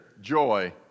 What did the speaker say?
joy